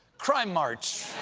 crime-mart.